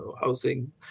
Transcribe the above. housing